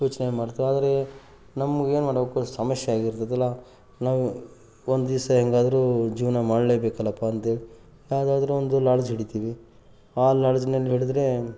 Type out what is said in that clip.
ಯೋಚನೆ ಮಾಡ್ತೇವೆ ಆದರೆ ನಮಗೇನು ಮಾಡಬೇಕು ಸಮಸ್ಯೆ ಆಗಿರ್ತದಲ್ಲ ನಾವು ಒಂದು ದಿವ್ಸ ಹೆಂಗಾದ್ರು ಜೀವನ ಮಾಡಲೇ ಬೇಕಲ್ಲಪ್ಪಾ ಅಂತ್ಹೇಳ್ ಯಾವ್ದಾದರೂ ಒಂದು ಲಾಡ್ಜ್ ಹಿಡಿತಿವಿ ಆ ಲಾಡ್ಜಿನಲ್ಲಿ ನೋಡಿದರೆ